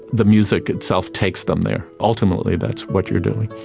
the music itself takes them there. ultimately that's what you're doing.